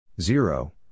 Zero